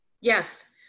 Yes